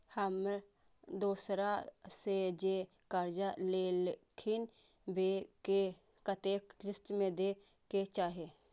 हम दोसरा से जे कर्जा लेलखिन वे के कतेक किस्त में दे के चाही?